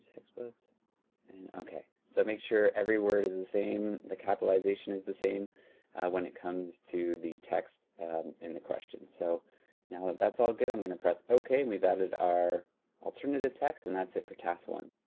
but and okay, so make sure every word is the same, the capitalization is the same when it comes to the text in the question. so now that that's all good i'm gonna press okay, and we've added our alternative text. and that's it for task one.